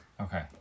Okay